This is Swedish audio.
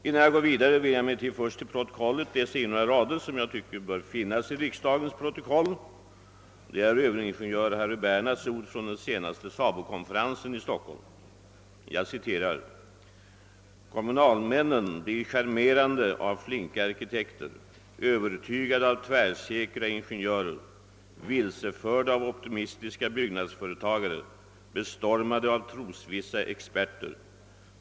Innan jag går vidare ber jag emellertid att till riksdagens protokoll få läsa in några rader som jag tycker bör finnas där. Det är överingenjör Harry Bernhards ord från den senaste SABO-konferensen här i Stockholm: »Kommunalmännen blir charmerade av flinka arkitekter, övertygade av tvärsäkra ingenjörer, vilseförda av optimistiska byggnadsföretagare, bestormade av trosvissa experter.